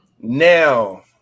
Now